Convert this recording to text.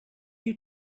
you